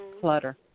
Clutter